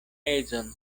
edzon